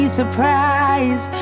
surprise